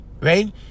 right